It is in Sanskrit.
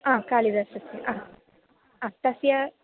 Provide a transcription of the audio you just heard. हा कालिदासस्य ह ह तस्य